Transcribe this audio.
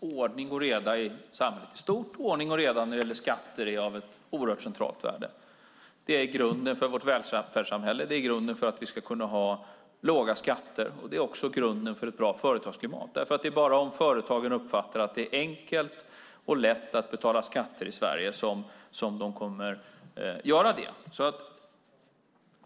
Ordning och reda i samhället i stort och ordning och reda när det gäller skatter är naturligtvis av oerhört centralt värde. Det är grunden för vårt välfärdssamhälle och det är grunden för att vi ska kunna ha låga skatter. Det är också grunden för ett bra företagsklimat. Det är bara om företagarna uppfattar att det är enkelt och lätt att betala skatter i Sverige som de kommer att göra det.